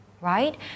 right